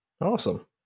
Awesome